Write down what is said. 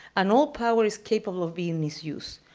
and all power is capable of being misused.